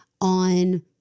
on